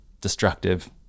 destructive